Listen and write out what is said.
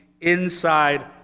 inside